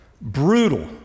brutal